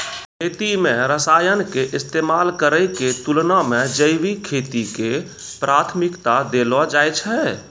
खेती मे रसायन के इस्तेमाल करै के तुलना मे जैविक खेती के प्राथमिकता देलो जाय छै